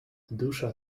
dusza